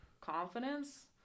confidence